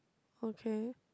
okay